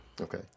okay